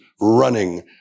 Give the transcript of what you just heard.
running